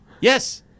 yes